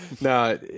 No